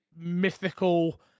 mythical